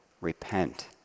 Repent